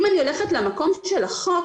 אם אני הולכת למקום של החוק,